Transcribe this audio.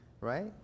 right